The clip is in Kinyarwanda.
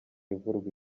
ivurwa